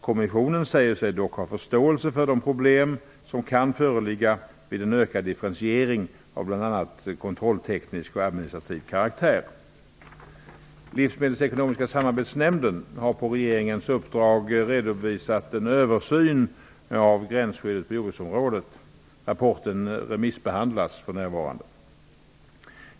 Kommissionen säger sig dock ha förståelse för de problem som kan föreligga vid en ökad differentiering av bl.a. kontrollteknisk och administrativ karaktär. Livsmedelsekonomiska samarbetsnämnden har på regeringens uppdrag redovisat en översyn av gränsskyddet på jordbruksområdet. Rapporten remissbehandlas för närvarande.